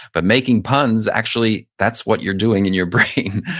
but making puns, actually that's what you're doing in your brain.